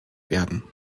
werden